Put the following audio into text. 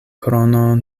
krono